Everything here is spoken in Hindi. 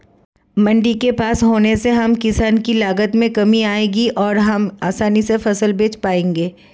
मंडी के पास होने से हम किसान की लागत में कमी आएगी और हम आसानी से फसल बेच पाएंगे